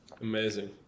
Amazing